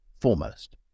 foremost